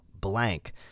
blank